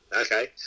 okay